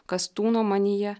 kas tūno manyje